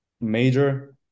major